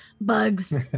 Bugs